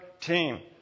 team